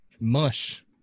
mush